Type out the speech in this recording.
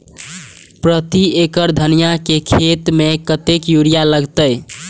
प्रति एकड़ धनिया के खेत में कतेक यूरिया लगते?